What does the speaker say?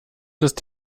ist